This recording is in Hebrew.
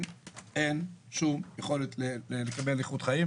אין שום יכולת לקבל איכות חיים,